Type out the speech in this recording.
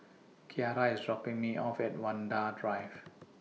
Kyara IS dropping Me off At Vanda Drive